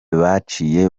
baciye